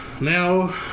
now